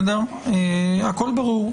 הכול ברור.